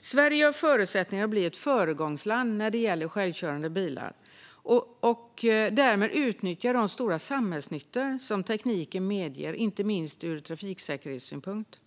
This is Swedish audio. Sverige har förutsättningar att bli ett föregångsland för självkörande bilar och därmed utnyttja de stora samhällsnyttor som tekniken medger, inte minst ur trafiksäkerhetssynpunkt.